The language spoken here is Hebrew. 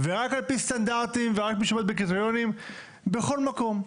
רק על פי סטנדרטים ורק מי עומד קריטריונים בכל מקום.